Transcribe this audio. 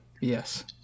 Yes